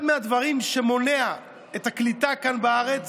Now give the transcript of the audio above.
אחד הדברים שמונעים את הקליטה כאן בארץ